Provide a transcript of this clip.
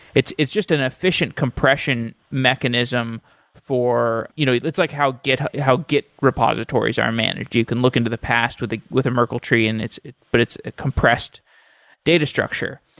it's it's just an efficient compression mechanism for you know it's like how git how git repositories are managed. you you can look into the past with ah with a merkle tree, and but it's a compressed data structure.